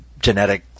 genetic